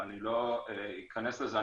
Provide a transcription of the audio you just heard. ואני לא אכנס לזה.